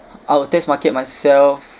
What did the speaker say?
I will test market myself